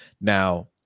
Now